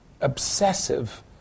obsessive